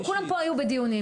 כולם פה היו בדיונים.